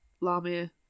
lame